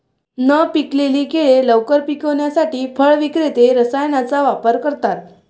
न पिकलेली केळी लवकर पिकवण्यासाठी फळ विक्रेते रसायनांचा वापर करतात